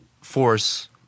force